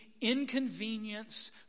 inconvenience